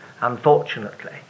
unfortunately